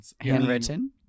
handwritten